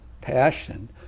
passion